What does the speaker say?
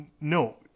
No